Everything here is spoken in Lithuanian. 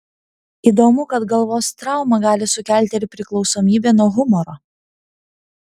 įdomu kad galvos trauma gali sukelti ir priklausomybę nuo humoro